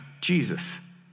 Jesus